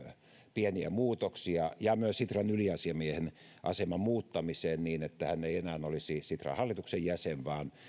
pieniä muutoksia ja myös sitran yliasiamiehen aseman muuttamista niin että hän ei enää olisi sitran hallituksen jäsen vaan